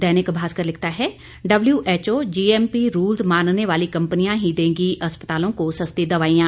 दैनिक भास्कर लिखता है WHO GMP rules मानने वाली कंपनियां ही देगी अस्पतालों को सस्ती दवाइयां